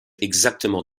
exactement